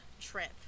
trip